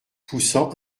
poussant